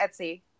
Etsy